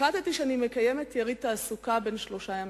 החלטתי שאני מקיימת יריד תעסוקה בן שלושה ימים.